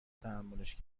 تحملش